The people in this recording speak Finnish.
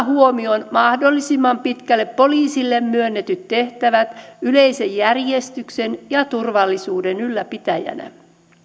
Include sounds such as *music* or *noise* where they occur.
*unintelligible* huomioon mahdollisimman pitkälle poliisille myönnetyt tehtävät yleisen järjestyksen ja turvallisuuden ylläpitäjänä